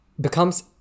becomes